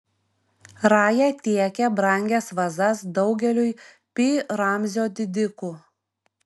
raja tiekė brangias vazas daugeliui pi ramzio didikų